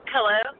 Hello